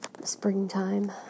springtime